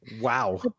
Wow